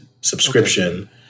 subscription